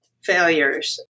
failures